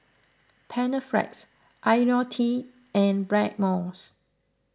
Panaflex Ionil T and Blackmores